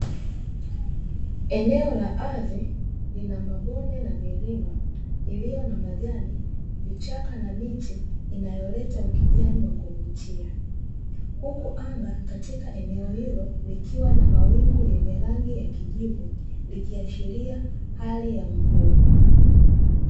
Eneo la ardhi lina mabonde na milima iliyo na majani, vichaka na miti inayoleta ukijani wa kuvutia, huku anga katika eneo hilo likiwa na mawingu yenye rangi ya kijivu likiashiria hali ya mvua.